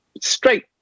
straight